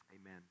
amen